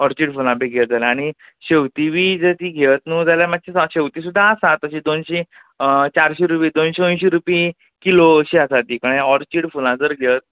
orchid फुलां बी घेत जाल्या आनी शेंवतीं बी ज तीं घेयत न्हू जाल्या मातशें स शेंवतीं सुद्दां आसा तशीं दोनशे चारशे रुपय दोनशे अंयशीं रुपये किलो अशीं आसा तीं कयें ऑर्चीड फुलां जर घेयत